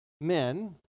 men